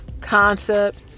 concept